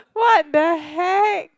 what the heck